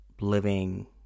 living